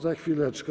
Za chwileczkę.